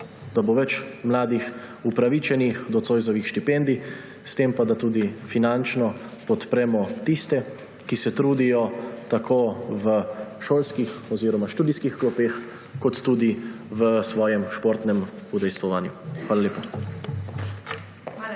da bo več mladih upravičenih do Zoisovih štipendij, s tem pa tudi finančno podpremo tiste, ki se trudijo tako v šolskih oziroma študijskih klopeh kot tudi pri svojem športnem udejstvovanju. Hvala lepa.